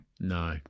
No